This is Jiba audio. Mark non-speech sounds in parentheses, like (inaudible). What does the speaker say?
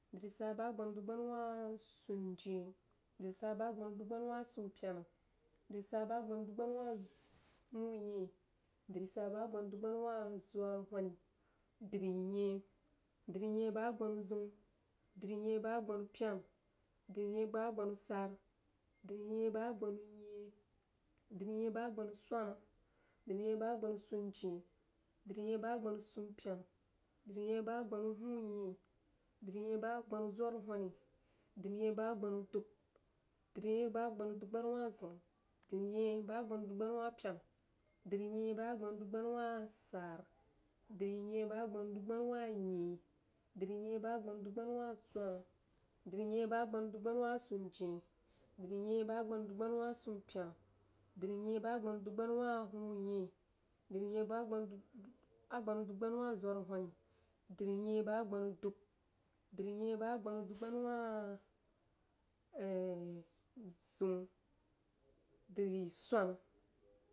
Drisara bəg agbanu dubgbana wah sunjnyeh drisara bəg agbanu dubgbanawah sumpyena drisara bəg agbanu dubgbanawah huunyeh drisara bəg agbanu dubgbanawah zwarhoni dri nyeh drinyeh bəg agbanu zəun drinyeh bəg agbanu pyena drinyeh bəg agbanusara drinyeh bəg agbanu nyeh drinyeh bəg agbanu swana drinyeh bəg agbanunjyeh drinyeh bəg agbanu sunjnyeh drinyeh bəg agbanu huunye drinyeh bəg agbanuzwarhoni drinyeh bəg agbana wah dub drinyeh bəg agbanawah dubgbanawah zəun drinyeh bəg agbanawah dubgbanawa pyena drinyeh bəg agbanawah dubgbanawah sara, drinyeh bəg agbanawah dubgbanawah nyeh drinyeh bəg agbanawah dubgbanawah swana drinyeh bəg agbanawah dubgbanawah sunjnyeh drinyeh bəg agbanawah dubgbanawah sumpyena drinyeh bəg agbanawah dubgbanawah huunyeh drinyeh bəg agbanawah dubgbanawa zwarhoni drinyeh bəg agbanawah dubgbanawah (hesitation) zəun drisara.